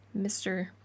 Mr